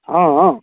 हँ